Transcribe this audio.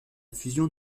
fusion